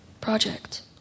project